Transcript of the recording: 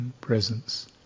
presence